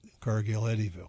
Cargill-Eddyville